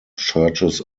churches